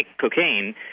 cocaine